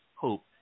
Hope